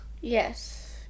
Yes